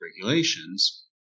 regulations